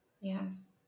Yes